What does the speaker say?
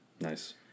Nice